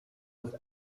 with